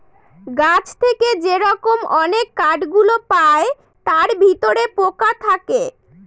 গাছ থেকে যে রকম অনেক কাঠ গুলো পায় তার ভিতরে পোকা থাকে